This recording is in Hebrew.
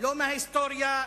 לא מההיסטוריה,